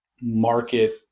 market